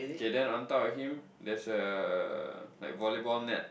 okay then on top of him there's a like volleyball net